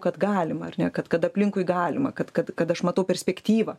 kad galima ar ne kad kad aplinkui galima kad kad kad aš matau perspektyvą